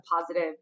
positive